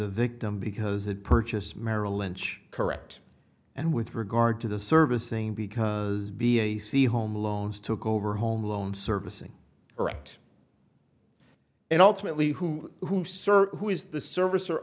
a victim because that purchase merrill lynch correct and with regard to the servicing because b a c home loans took over home loan servicing or act and ultimately who who serve who is the service or